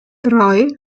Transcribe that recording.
drei